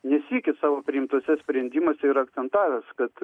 ne sykį savo priimtuose sprendimuose yra akcentavęs kad